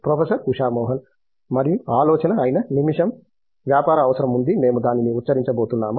professor Usha Mohan మరియు ఆలోచన అయిన నిమిషం వ్యాపార అవసరం ఉంది మేము దానిని ఉచ్చరించబోతున్నామా